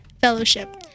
Fellowship